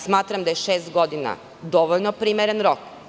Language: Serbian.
Smatram da je šest godina dovoljno primeren rok.